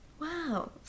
Wow